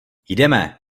jdeme